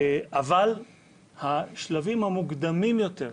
אבל השלבים המוקדמים יותר,